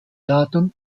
daten